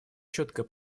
четко